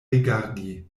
rigardi